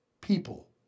people